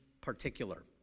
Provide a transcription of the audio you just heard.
particular